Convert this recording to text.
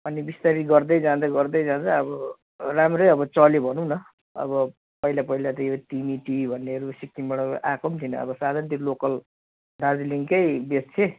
अनि बिस्तारै गर्दै जाँदै गर्दै जाँदा अब राम्रै अब चल्यो भनौँ न अब पहिला पहिला त यो तिमी टी भन्नेहरू सिक्किमबाट आएको पनि थिइन अब साधरण त्यो लोकल दार्जिलिङकै बेच्थेँ